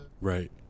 Right